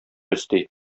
өсти